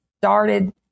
started